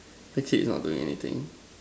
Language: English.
the kid is not doing anything